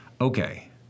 okay